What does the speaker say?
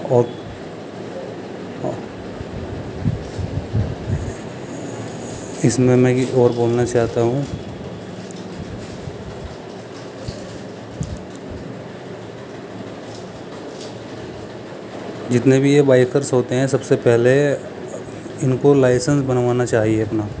اور اس میں میں کہ اور بولنا چاہتا ہوں جتنے بھی یہ بائیکرس ہوتے ہیں سب سے پہلے ان کو لائسنس بنوانا چاہیے اپنا